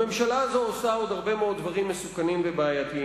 הממשלה הזו עושה עוד הרבה מאוד דברים מסוכנים ובעייתיים.